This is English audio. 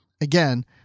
again